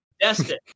Destin